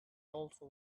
also